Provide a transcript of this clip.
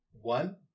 One